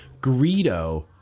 Greedo